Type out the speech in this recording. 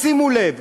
שימו לב,